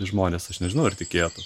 žmonės aš nežinau ar tikėtų